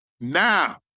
Now